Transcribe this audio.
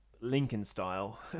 Lincoln-style